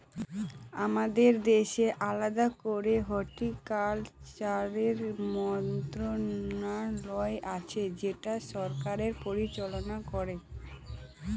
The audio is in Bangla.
আমাদের দেশে আলাদা করে হর্টিকালচারের মন্ত্রণালয় আছে যেটা সরকার পরিচালনা করে